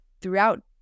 throughout